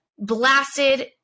blasted